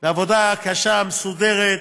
בעבודה קשה, מסודרת,